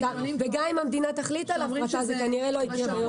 וגם אם המדינה תחליט על הפרטה זה כנראה לא יקרה ביום שאחרי.